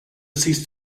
cease